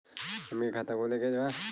हमके खाता खोले के बा?